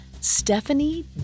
Stephanie